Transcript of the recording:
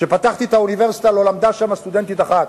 כשפתחתי את האוניברסיטה לא למדה שם סטודנטית אחת.